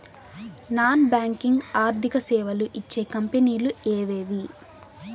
Non banking ఆర్థిక సేవలు ఇచ్చే కంపెని లు ఎవేవి?